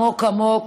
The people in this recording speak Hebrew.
עמוק עמוק,